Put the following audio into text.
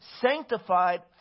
sanctified